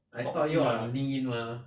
I stalk you on linkedin mah